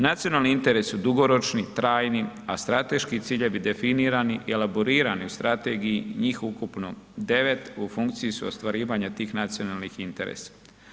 Nacionalni interesi su dugoročni, trajni a strateški ciljevi definirani i elaborirani u strategiji, njih ukupno 9 u funkciji su ostvarivanja tih nacionalnih interesa.